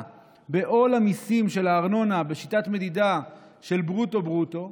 בעול המיסים של הארנונה בשיטת מדידה של ברוטו-ברוטו.